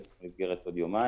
בטח לא נסגרת בעוד יומיים,